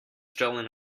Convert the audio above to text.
stolen